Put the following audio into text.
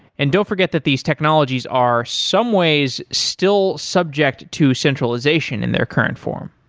and don't forget that these technologies are someways still subject to centralization in their current form.